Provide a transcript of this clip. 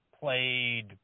played